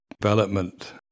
development